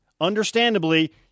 understandably